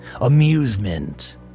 amusement